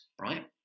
right